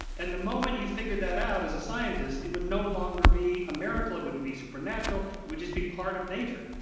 and the moment you figure that out as a scientist, it would no longer be a miracle. it wouldn't be supernatural. it would just be part of nature.